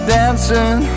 dancing